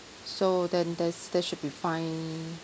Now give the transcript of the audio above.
so then there's that should be fine